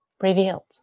revealed